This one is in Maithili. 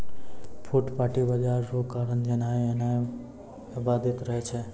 फुटपाटी बाजार रो कारण जेनाय एनाय बाधित रहै छै